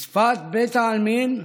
בשפת בית העלמין,